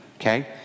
Okay